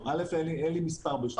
ראשית, אין לי מספר בשלוף.